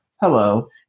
Hello